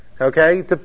okay